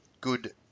good